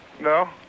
No